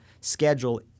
schedule